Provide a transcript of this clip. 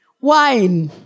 wine